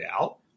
out